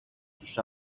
τους